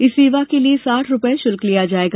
इस सेवा के लिए साठ रुपए शुल्क लिया जाएगा